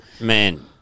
Man